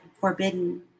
forbidden